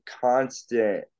constant